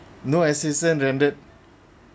no assistance rendered